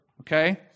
okay